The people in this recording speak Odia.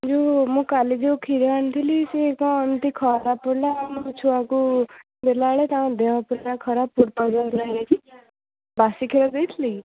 ଯେଉଁ ମୁଁ କାଲି ଯେଉଁ କ୍ଷୀର ଆଣିଥିଲି ସେ କ'ଣ ଏମିତି ଖରାପ ପଡ଼ିଲା ଆମର ଛୁଆଙ୍କୁ ଦେଲାବେଳେ ତାଙ୍କ ଦେହ ପୁରା ଖରାପ ଫୋଟକା ପୁରା ହେଇଯାଇଛି ବାସି କ୍ଷୀର ଦେଇଥିଲେ କି